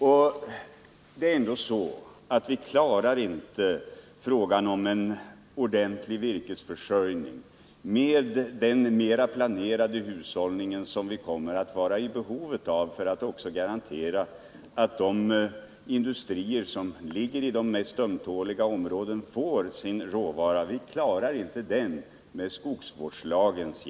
Med skogsvårdslagens hjälp klarar vi inte en ordentlig virkesförsörjning i den mera planerade hushållning som vi kommer att vara i behov av för att garantera att också de industrier som ligger i de mest utsatta områdena skall få sin råvara.